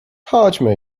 chodźmy